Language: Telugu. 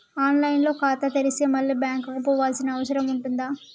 ఆన్ లైన్ లో ఖాతా తెరిస్తే మళ్ళీ బ్యాంకుకు పోవాల్సిన అవసరం ఉంటుందా?